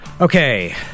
Okay